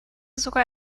sogar